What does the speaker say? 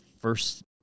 first